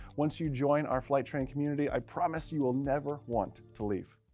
once you join our flight training community, i promise you will never want to leave.